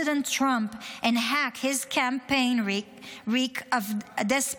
Trump and hack his campaign reek of desperation